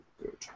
Good